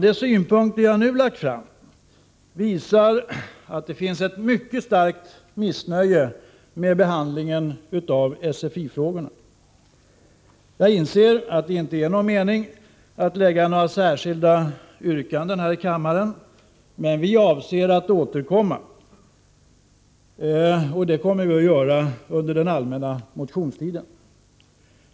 De synpunkter jag nu lagt fram visar att det finns ett mycket starkt missnöje med behandlingen av SFI-frågorna. Jag inser att det inte är någon mening att framföra några särskilda yrkanden här i kammaren, men vi avser att återkomma, och det kommer vi att göra under den allmänna motionstiden.